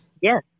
yes